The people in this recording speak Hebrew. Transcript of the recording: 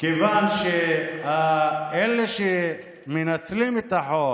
-- שאלה שמנצלים את החוק